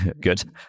good